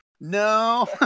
No